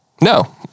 No